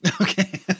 Okay